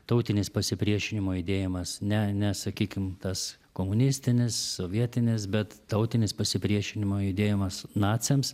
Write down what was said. tautinis pasipriešinimo judėjimas ne ne sakykim tas komunistinis sovietinis bet tautinis pasipriešinimo judėjimas naciams